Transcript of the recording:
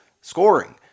scoring